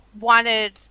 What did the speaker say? wanted